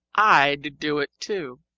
i'd do it, too.